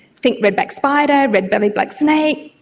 think redback spider, red-bellied black snake,